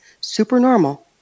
Supernormal